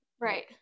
Right